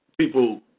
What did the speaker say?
People